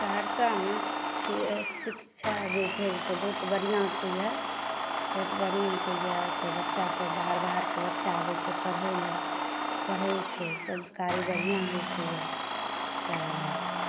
सहरसामे शिक्षा जे छै से बहुत बढ़िआँ छै यए बहुत बढ़िआँ छै यए ओतेक बच्चासभ बाहर बाहरके बच्चा आबैत छै पढ़य लेल पढ़ैत छै संस्कारी बढ़िआँ होइत छै यए तऽ